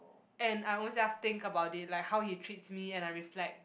and I own self think about it like how he treats me and I reflect